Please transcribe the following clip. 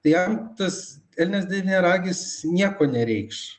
tai jam tas elnias devyniaragis nieko nereikš